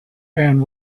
and